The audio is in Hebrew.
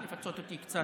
לפצות אותי קצת.